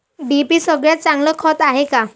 DAP सगळ्यात चांगलं खत हाये का?